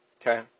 Okay